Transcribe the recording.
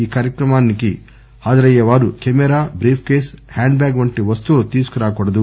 ఈ కార్యక్రమానికి హాజరయ్యేవారు కెమెరా బ్రీఫ్కేస్ హ్యాండ్బ్యాగ్ వంటి వస్తువులు తీసుకురాకూడదు